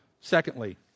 Secondly